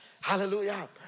Hallelujah